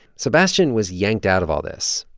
sebastian was yanked out of all this.